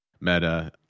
meta